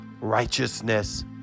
righteousness